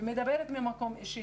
אני מדברת ממקום אישי.